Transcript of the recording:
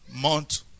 month